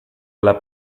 alla